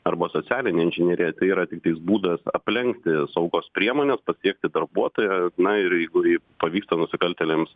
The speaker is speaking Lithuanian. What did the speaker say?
arba socialinė inžinerija tai yra tik būdas aplenkti saugos priemones pasiekti darbuotoją na ir jeigu jį pavyksta nusikaltėliams